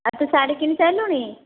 ଆଉ ତୁ ଶାଢ଼ୀ କିଣି ସାରିଲୁଣି